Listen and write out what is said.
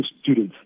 students